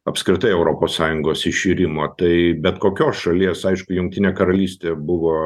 apskritai europos sąjungos iširimo tai bet kokios šalies aišku jungtinė karalystė buvo